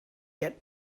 get